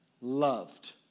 loved